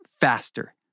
faster